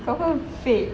confirm fake